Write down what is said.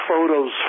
photos